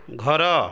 ଘର